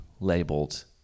labeled